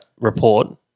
report